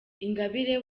ingabire